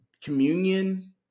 communion